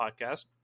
podcast